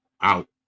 out